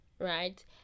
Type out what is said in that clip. right